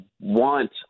want